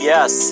Yes